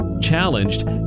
challenged